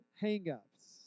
hang-ups